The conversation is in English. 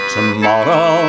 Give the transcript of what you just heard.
Tomorrow